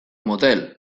motel